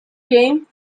came